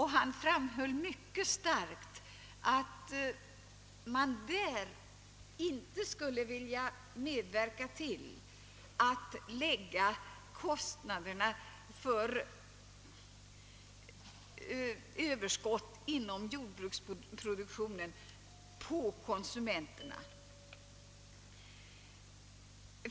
Han framhöll mycket starkt att man där inte skulle vilja medverka till att lägga kostnaderna för det stöd som jordbruksproduktionen får på konsumenterna.